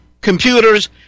computers